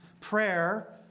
Prayer